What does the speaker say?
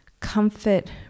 Comfort